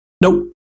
Nope